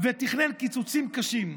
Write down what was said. והוא תכנן קיצוצים קשים.